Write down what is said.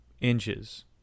inches